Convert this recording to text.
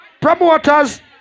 Promoters